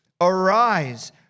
Arise